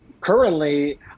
currently